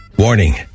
Warning